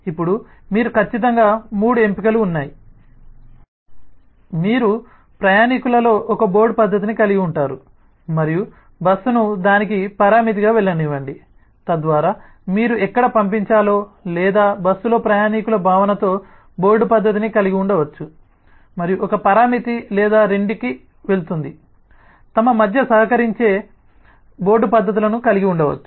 ఇప్పుడు మీరు ఖచ్చితంగా 3 ఎంపికలు ఉన్నాయి మీరు ప్రయాణీకులలో ఒక బోర్డ్ పద్దతిని కలిగి ఉంటారు మరియు బస్సును దానికి పరామితిగా వెళ్లనివ్వండి తద్వారా మీరు ఎక్కడ పంపించాలో లేదా బస్సులో ప్రయాణీకుల భావనతో బోర్డు పద్ధతిని కలిగి ఉండవచ్చు మరియు ఒక పరామితి లేదా రెండింటికి వెళుతుంది తమ మధ్య సహకరించే బోర్డు పద్ధతులను కలిగి ఉండవచ్చు